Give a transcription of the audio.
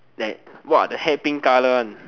like !wah! the hair pink colour one